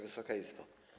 Wysoka Izbo!